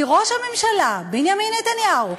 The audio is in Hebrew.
כי ראש הממשלה בנימין נתניהו,